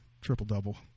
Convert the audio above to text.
triple-double